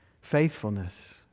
Faithfulness